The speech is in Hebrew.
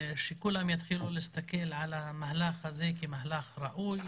שכולם יתחילו להסתכל על המהלך הזה כמהלך ראוי,